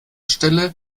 stelle